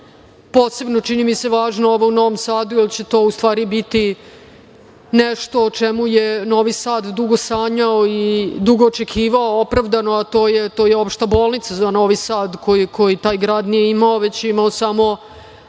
je, čini mi se, važna ova u Novom Sadu, jer će to u stvari biti nešto o čemu je Novi Sad dugo sanjao i dugo očekivao opravdano, a to je Opšta bolnica za Novi Sad koju taj grad nije imao, već je imao samo